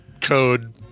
code